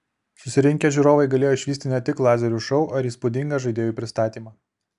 susirinkę žiūrovai galėjo išvysti ne tik lazerių šou ar įspūdingą žaidėjų pristatymą